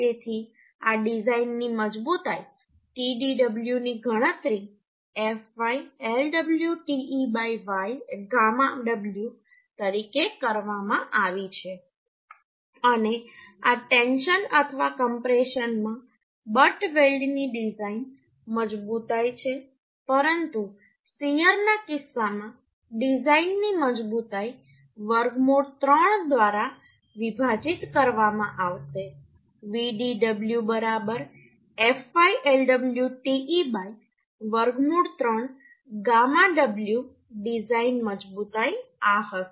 તેથી આ ડિઝાઇનની મજબૂતાઈ Tdw ની ગણતરી fy Lw te γ w તરીકે કરવામાં આવી છે અને આ ટેન્શન અથવા કમ્પ્રેશન માં બટ વેલ્ડની ડિઝાઇન મજબૂતાઈ છે પરંતુ શીયરના કિસ્સામાં ડિઝાઇનની મજબૂતાઈ વર્ગમૂળ 3 દ્વારા વિભાજિત કરવામાં આવશે Vdw બરાબર fy Lw te વર્ગમૂળ 3 γ w ડિઝાઇન મજબૂતાઈ આ હશે